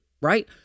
right